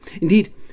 Indeed